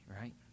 right